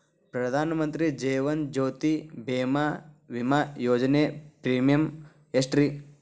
ಪ್ರಧಾನ ಮಂತ್ರಿ ಜೇವನ ಜ್ಯೋತಿ ಭೇಮಾ, ವಿಮಾ ಯೋಜನೆ ಪ್ರೇಮಿಯಂ ಎಷ್ಟ್ರಿ?